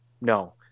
No